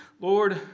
Lord